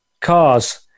cars